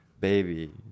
Baby